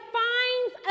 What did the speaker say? finds